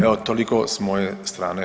Evo toliko s moje strane.